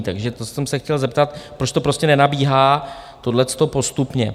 Takže to jsem se chtěl zeptat, proč to prostě nenabíhá tohleto postupně.